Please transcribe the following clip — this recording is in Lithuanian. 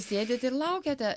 sėdit ir laukiate